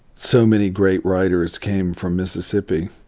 so many great writers came from mississippi,